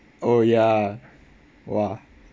oh ya !wah!